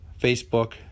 Facebook